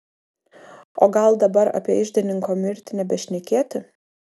o gal dabar apie iždininko mirtį nebešnekėti